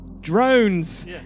Drones